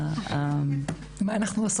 אני רוצה